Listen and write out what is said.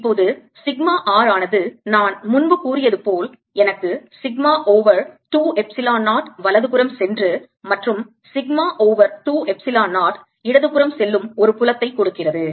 இப்போது sigma r ஆனது நான் முன்பு கூறியது போல் எனக்கு சிக்மா ஓவர் 2 எப்சிலான் 0 வலது புறம் சென்று மற்றும் சிக்மா ஓவர் 2 எப்சிலான் 0 இடது புறம் செல்லும் ஒரு புலத்தை கொடுக்கிறது